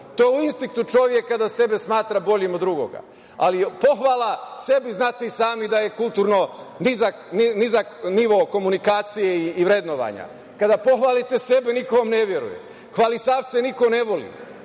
To je u instinktu čoveka da sebe smatra boljim od drugog, ali pohvala sebi, znate i sami daje nizak nivo komunikacije i vrednovanja. Kada pohvalite sebe niko vam ne veruje. Hvalisavce niko ne voli.